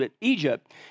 Egypt